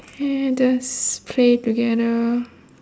and just play together